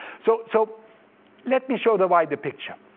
so so let me show the wider picture.